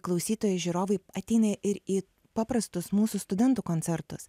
klausytojai žiūrovai ateina ir į paprastus mūsų studentų koncertus